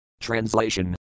Translation